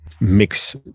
mix